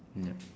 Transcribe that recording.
yup